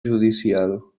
judicial